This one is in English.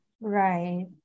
Right